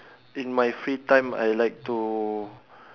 in my free time I like to